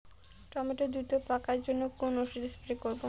Tomato দ্রুত পাকার জন্য কোন ওষুধ স্প্রে করব?